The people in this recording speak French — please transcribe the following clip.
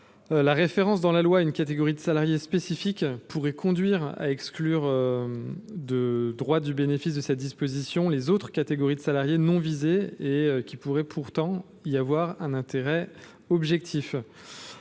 La référence dans la loi à une catégorie de salariés spécifique pourrait conduire à exclure du bénéfice de cette disposition les autres catégories de salariés non visées et qui pourraient pourtant y avoir un intérêt objectif.